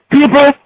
People